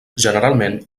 generalment